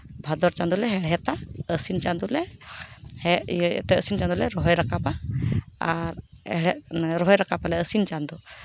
ᱵᱷᱟᱫᱚᱨ ᱪᱟᱸᱫᱳ ᱞᱮ ᱦᱮᱲᱦᱮᱫᱼᱟ ᱟᱹᱥᱤᱱ ᱪᱟᱸᱫᱚ ᱞᱮ ᱟᱹᱥᱤᱱ ᱪᱟᱸᱫᱚᱞᱮ ᱨᱚᱦᱚᱭ ᱨᱟᱠᱟᱵᱟ ᱟᱨ ᱦᱮᱲᱦᱮᱫ ᱨᱚᱦᱚᱭ ᱨᱟᱠᱟᱵ ᱟᱞᱮ ᱟᱹᱥᱤᱱ ᱪᱟᱸᱫᱚ